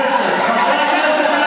את חצופה, חברי הכנסת,